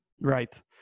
Right